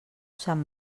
sant